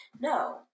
no